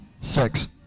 Six